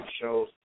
shows